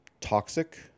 toxic